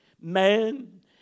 man